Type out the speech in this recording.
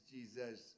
Jesus